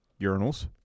urinals